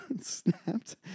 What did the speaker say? snapped